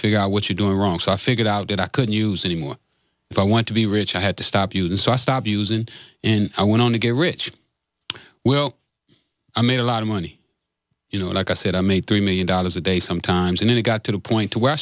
figure out what you're doing wrong so i figured out that i could use any more if i want to be rich i had to stop using so i stopped using and i went on to get rich well i made a lot of money you know like i said i made three million dollars a day sometimes and it got to the point to w